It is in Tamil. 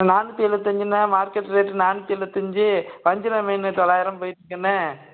நானூற்றி எழுபத்தஞ்சுண்ணே மார்க்கெட் ரேட்டு நானூற்றி எழுபத்தஞ்சி வஞ்சிரம் மீன் தொள்ளாயிரம் போயிகிட்ருக்குண்ணே